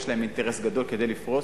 יש להן אינטרס גדול לפרוס,